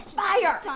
fire